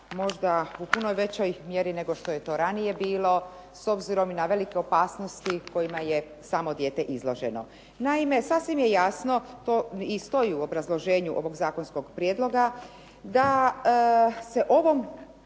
možda u puno većoj mjeri nego što je to ranije bilo s obzirom i na velike opasnosti kojima je samo dijete izloženo. Naime, sasvim je jasno i to i stoji u obrazloženju ovog zakonskog prijedloga da se ovom